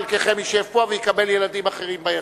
חלקכם ישב פה ויקבל ילדים אחרים ביציע.